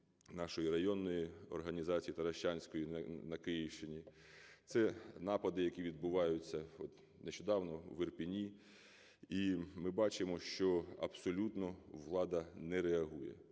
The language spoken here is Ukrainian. нашої районної організації, таращанської, на Київщині. Це напади, які відбуваються нещодавно в Ірпені. І ми бачимо, що абсолютно влада не реагує,